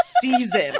season